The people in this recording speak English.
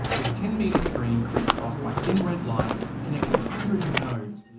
there's a ten metre screen crisscrossed by thin red lines connecting hundreds of nodes,